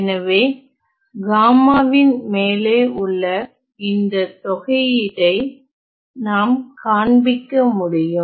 எனவே காமாவின் மேலே உள்ள இந்த தொகையீட்டை நாம் காண்பிக்க முடியும்